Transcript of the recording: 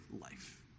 life